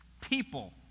people